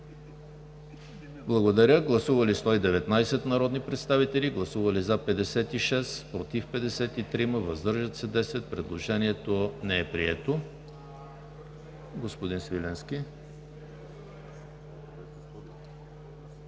на § 11. Гласували 119 народни представители: за 56, против 53, въздържали се 10. Предложението не е прието. Господин Свиленски.